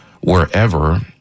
wherever